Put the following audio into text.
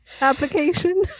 application